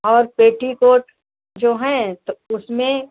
और पेटीकोट जो हैं तो उसमें